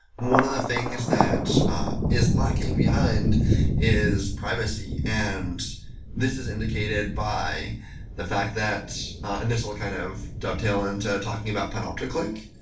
one of the things that is lagging behind is privacy, and this is indicated by the fact that and this will kind of dovetail into talking about panopticlick,